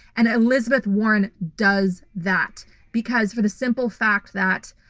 and elizabeth warren does that because for the simple fact that,